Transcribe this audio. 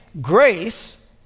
Grace